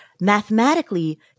Mathematically